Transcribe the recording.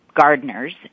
gardeners